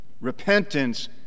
Repentance